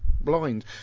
blind